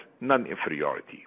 non-inferiority